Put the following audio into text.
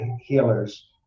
healers